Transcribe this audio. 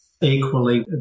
Equally